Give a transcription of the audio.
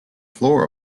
floor